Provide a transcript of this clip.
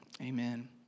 amen